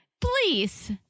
please